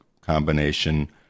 combination